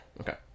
Okay